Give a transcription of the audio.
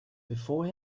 before